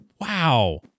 Wow